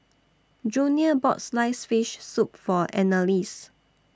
Junior bought Sliced Fish Soup For Annalise